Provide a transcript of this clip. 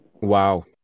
Wow